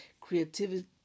creativity